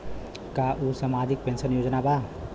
का उ सामाजिक पेंशन योजना बा?